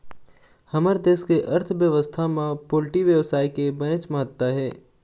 हमर देश के अर्थबेवस्था म पोल्टी बेवसाय के बनेच महत्ता हे